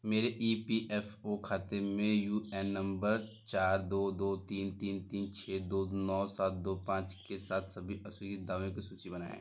मेरे E P F O खाते से यू ए एन नंबर चार दो दो तीन तीन तीन छः दो नौ सात दो पाँच के साथ सभी अस्वीकृत दावों की सूची बनाएँ